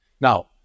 Now